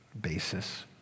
basis